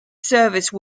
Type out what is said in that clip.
service